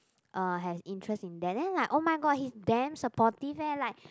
uh has interest in that then like oh-my-god he's damn supportive eh like